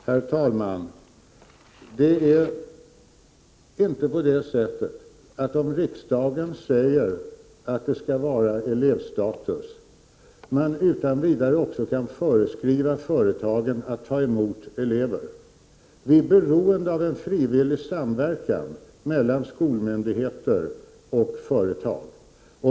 Herr talman! Även om riksdagen uttalar att det skall vara elevstatus, kan man inte utan vidare föreskriva att företagen skall ta emot elever. Vi är beroende av en frivillig samverkan mellan skolmyndigheter och företag.